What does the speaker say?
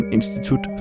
Institut